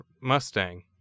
Mustang